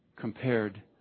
compared